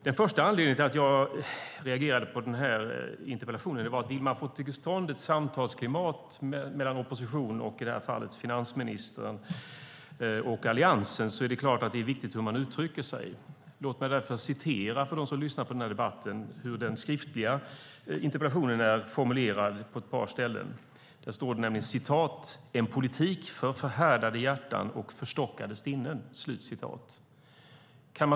Den första anledningen till att jag reagerade på interpellationen är att det är viktigt hur man uttrycker sig om man vill få till stånd ett gott samtalsklimat mellan oppositionen och i det här fallet finansministern och Alliansen. Låt mig därför citera hur den skriftliga interpellationen är formulerad på ett par ställen. "Det är en politik för förhärdade hjärtan och förstockade sinnen."